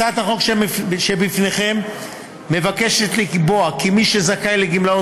הצעת החוק שבפניכם מבקשת לקבוע כי מי שזכאי לגמלאות